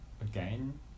again